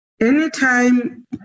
Anytime